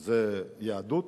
יהדות,